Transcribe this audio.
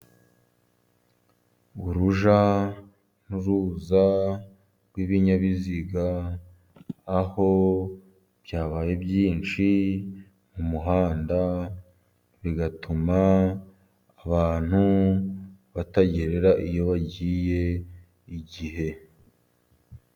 Urujya n'uruza rw'ibinyabiziga, aho byabaye byinshi mu muhanda, bigatuma abantu batagerera iyo bagiye ku gihe.